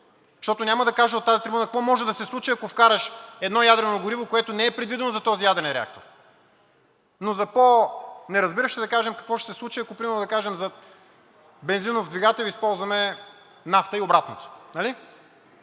Защото няма да кажа от тази трибуна какво може да се случи, ако вкараш едно ядрено гориво, което не е предвидено за този ядрен реактор. За по-неразбиращите да кажем какво ще се случи, ако примерно за бензинов двигател използваме нафта и обратното,